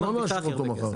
לא נאשר אותו מחר.